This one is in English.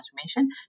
transformation